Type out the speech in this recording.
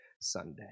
Sunday